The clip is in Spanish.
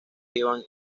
iban